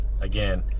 again